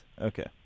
Okay